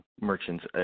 Merchants